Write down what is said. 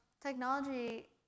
technology